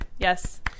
Yes